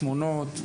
תמונות,